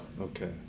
Okay